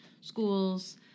schools